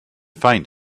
find